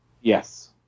Yes